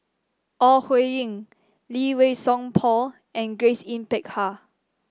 Ore Huiying Lee Wei Song Paul and Grace Yin Peck Ha